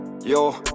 Yo